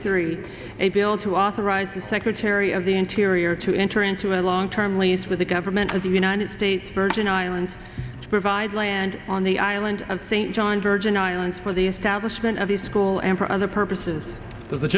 three a bill to authorize the secretary of the interior to enter into a long term lease with the government of the united states virgin islands to provide land on the island of st john virgin islands for the establishment of the school and for other purposes